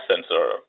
sensor